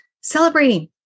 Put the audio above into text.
celebrating